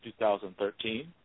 2013